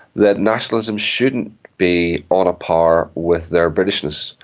that nationalism shouldn't be on a par with their british-ness,